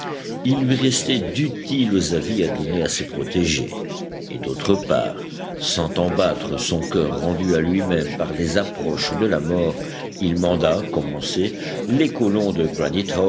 il lui restait d'utiles avis à donner à ses protégés et d'autre part sentant battre son coeur rendu à lui-même par les approches de la mort il manda comme on sait les colons de